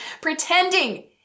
Pretending